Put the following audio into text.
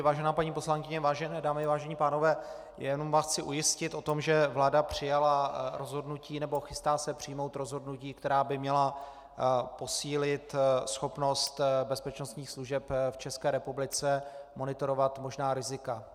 Vážená paní poslankyně, vážené dámy, vážení pánové, jenom vás chci ujistit o tom, že vláda přijala rozhodnutí, nebo chystá se přijmout rozhodnutí, která by měla posílit schopnost bezpečnostních služeb v České republice monitorovat možná rizika.